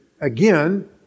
again